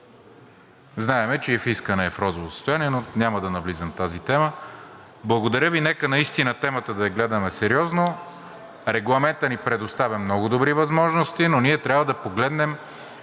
Знаем, че и фискът не е в розово състояние, но няма да навлизам в тази тема. Благодаря Ви, нека наистина темата да я гледаме сериозно. Регламентът ни предоставя много добри възможности, но ние трябва да погледнем